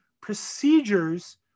procedures